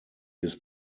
his